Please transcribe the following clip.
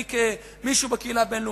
אני כמישהו בקהילה הבין-לאומית?